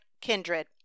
kindred